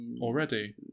already